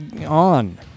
on